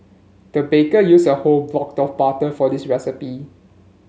the baker used a whole block of butter for this recipe